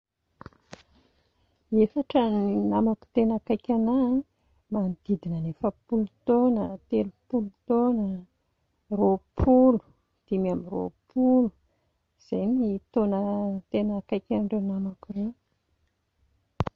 Efatra ny namako tena akaiky anà a, manodidina ny efapolo taona, telopolo taona, roapolo, dimy amby roapolo, izay no taona tena akaiky an'ireo namako ireo